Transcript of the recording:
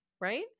right